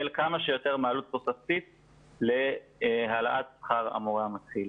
כמה שיותר מהעלות התוספתית להעלאת שכר המורה המתחיל.